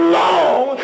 long